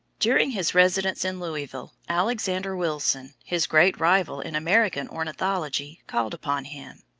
during his residence in louisville, alexander wilson, his great rival in american ornithology, called upon him.